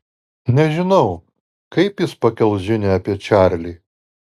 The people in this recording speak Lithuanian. nežinau kaip jis pakels žinią apie čarlį